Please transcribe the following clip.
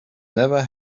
never